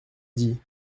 dit